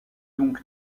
donc